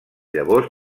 llavors